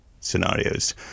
scenarios